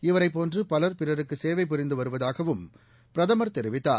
இவரைப்போன்ற பலர் பிறருக்கு சேவை புரிந்து வருவதாகவும் பிரதமர் தெரிவித்தார்